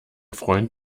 freund